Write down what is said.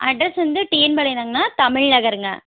address வந்து TN பாளையம்தாங்ணா தமிழ் நகருங்க